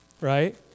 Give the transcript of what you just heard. Right